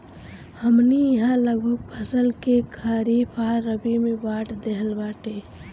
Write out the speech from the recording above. हमनी इहाँ लगभग फसल के खरीफ आ रबी में बाँट देहल बाटे